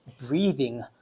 breathing